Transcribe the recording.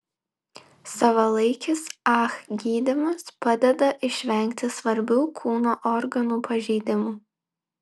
savalaikis ah gydymas padeda išvengti svarbių kūno organų pažeidimų